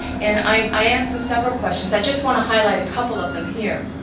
and i asked them several questions, i just want to highlight a couple of them here.